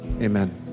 amen